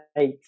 eight